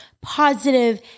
positive